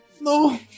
no